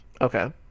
Okay